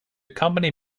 company